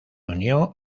unió